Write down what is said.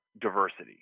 diversity